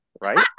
Right